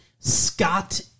Scott